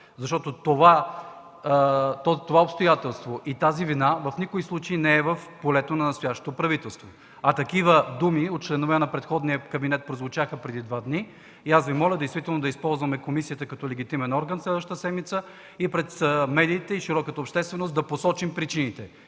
Това обстоятелство и тази вина в никакъв случай не са в полето на настоящото правителство, а такива думи от членове на предходния кабинет прозвучаха преди два дни. Аз Ви моля да използваме комисията като легитимен орган следващата седмица и пред медиите и широката общественост да посочим причините